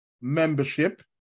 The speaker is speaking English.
membership